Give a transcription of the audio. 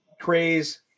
craze